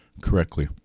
correctly